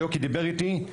שיוקי דיבר איתי,